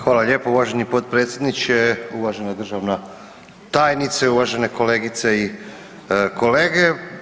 Hvala lijepo uvaženi potpredsjedniče, uvažena državna tajnice, uvažene kolegice i kolege.